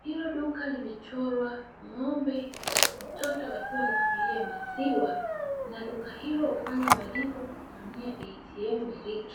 Hilo duka limechorwa ng'ombe, mtoto akiwa anafurahia maziwa na duka hilo hufanya malipo Kwa kutumia "ATM Milk".